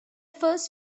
first